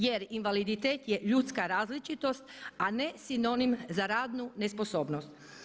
Jer invaliditet je ljudska različitost a ne sinonim za radnu nesposobnost.